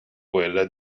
quella